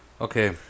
Okay